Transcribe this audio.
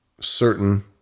certain